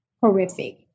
horrific